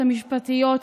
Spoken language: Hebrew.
המשפטיות,